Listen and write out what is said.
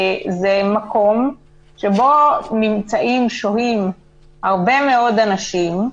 זה מקום שבו שוהים הרבה מאוד אנשים,